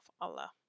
Allah